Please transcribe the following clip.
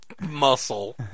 muscle